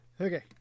Okay